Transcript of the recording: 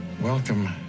Welcome